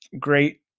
great